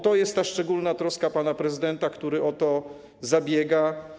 To jest ta szczególna troska pana prezydenta, który o to zabiega.